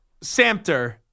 Samter